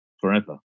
forever